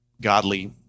godly